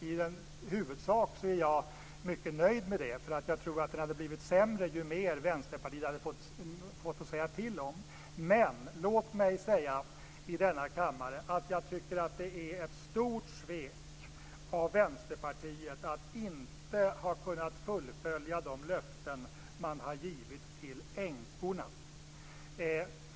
I huvudsak är jag mycket nöjd med det. Jag tror att det hade blivit sämre ju mer Vänsterpartiet hade fått att säga till om. Men låt mig säga i denna kammare att jag tycker att det är ett stort svek av Vänsterpartiet att de inte har kunnat fullfölja de löften som har givits till änkorna.